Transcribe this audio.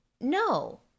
no